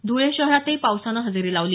धुळे शहरातही पावसानं हजेरी लावली